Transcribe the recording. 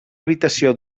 habitació